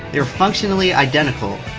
they're functionally identical.